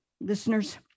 listeners